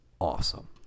awesome